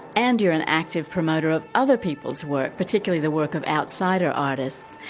and you're an active promoter of other people's work, particularly the work of outsider artists.